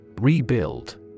Rebuild